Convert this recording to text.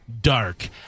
Dark